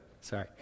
Sorry